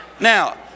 Now